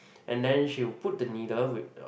and then she will put the needle with a